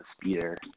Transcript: speeder